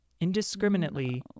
indiscriminately